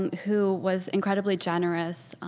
who was incredibly generous